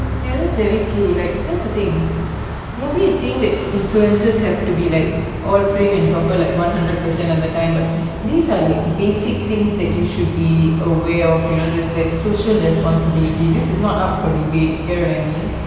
ya that's very true like that's the thing nobody is saying that influencers have to be like all prim and proper like one hundred percent of the time but these are like basic things that you should be aware of you know there's like social responsibility this is not up for debate you get what I mean